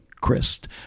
christ